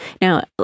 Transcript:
Now